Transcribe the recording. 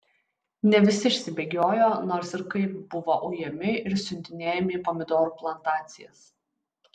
ne visi išsibėgiojo nors ir kaip buvo ujami ir siuntinėjami į pomidorų plantacijas